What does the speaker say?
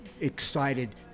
excited